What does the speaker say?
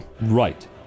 right